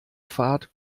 pfad